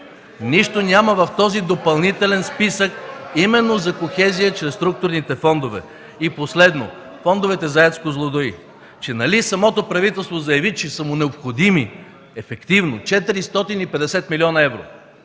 Нищо няма в този допълнителен списък за кохезия чрез структурните фондове. И последно, фондовете за АЕЦ „Козлодуй”. Нали самото правителство заяви, че са му необходими ефективно 450 млн. евро,